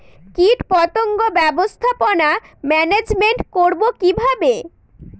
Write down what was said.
কীটপতঙ্গ ব্যবস্থাপনা ম্যানেজমেন্ট করব কিভাবে?